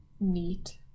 neat